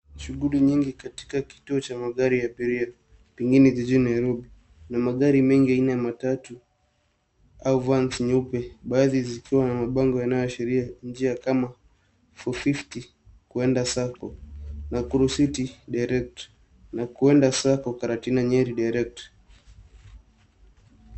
Shughuli nyingi katika kituo cha magari ya abiria pengine jijini Nairobi. Kuna magari mengi aina ya matatu au vans nyeupe. Baadhi zikiwa na mabango zinazoashiria njia kama 450 Kuenda sacco na Kurisiti direct na Kuenda sacco Karatina direct .